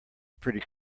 pretty